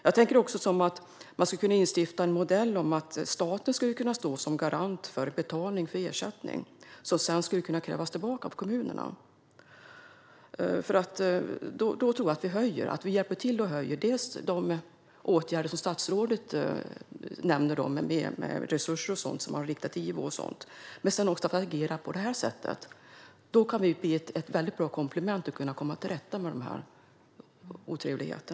Man skulle också kunna instifta en modell där staten skulle kunna stå som garant för betalning av ersättning, som sedan skulle kunna krävas tillbaka av kommunerna. Då tror jag att vi genom att agera på det sättet hjälper till och höjer de åtgärder som statsrådet nämner med resurser och sådant riktat till IVO. Det kan bli ett väldigt bra komplement för att kunna komma till rätta med dessa otrevligheter.